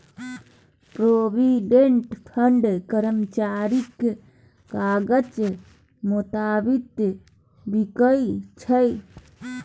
provident fund कर्मचारीक काजक मोताबिक बिकै छै